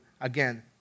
again